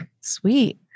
Sweet